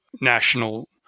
National